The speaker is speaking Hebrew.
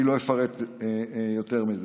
אני לא מפרט יותר מזה.